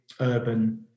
urban